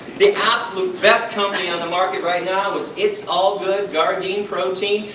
the absolute best company on the market right now, is it's all good gardein protein.